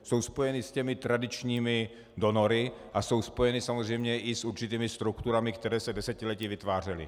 Jsou spojeny s těmi tradičními donory a jsou spojeny samozřejmě i s určitými strukturami, které se desetiletí vytvářely.